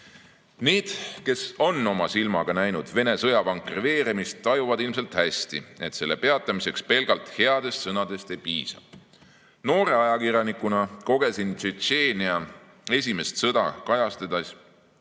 kes on oma silmaga näinud Vene sõjavankri veeremist, tajuvad ilmselt hästi, et selle peatamiseks pelgalt headest sõnadest ei piisa. Noore ajakirjanikuna kogesin Tšetšeenia esimest sõda kajastades,